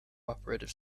operative